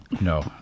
No